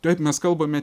taip mes kalbame